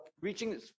reaching